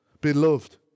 beloved